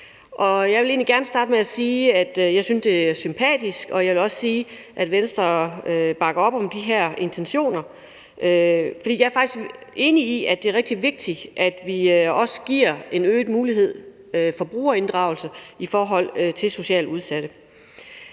egentlig gerne starte med at sige, at jeg synes, det er sympatisk, og jeg vil også sige, at Venstre bakker op om de her intentioner, for jeg er faktisk enig i, at det er rigtig vigtigt, at vi også giver en øget mulighed for brugerinddragelse i forhold til socialt udsatte.